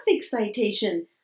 citation